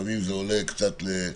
לפעמים זה עולה לאוקטאבות,